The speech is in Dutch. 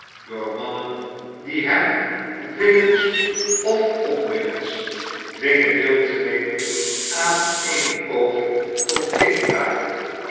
door mannen die hem willens of onwillens dwingen deel te nemen aan eene poging tot inbraak